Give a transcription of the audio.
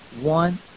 one